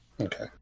Okay